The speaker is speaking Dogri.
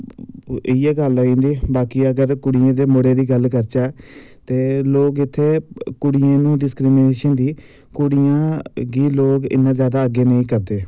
इ'यै गल्ल आई जंदी बाकी अगर कुड़ियें ते मुड़ें दी गल्ल करचै ते लोग इत्थै कुड़ियें नू डिसक्रिमिनेशन दी कुड़ियां गी लोग इन्ना जादा लोग अग्गें नेंई करदे